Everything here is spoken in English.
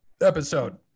episode